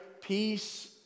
Peace